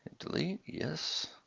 delete, yes.